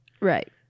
Right